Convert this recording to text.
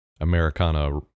Americana